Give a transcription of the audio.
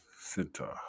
center